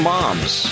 Moms